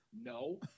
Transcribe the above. No